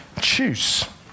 choose